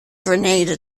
granada